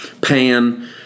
pan